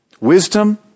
Wisdom